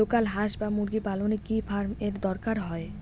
Local হাস বা মুরগি পালনে কি ফার্ম এর দরকার হয়?